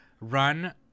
run